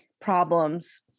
problems